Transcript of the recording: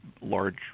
large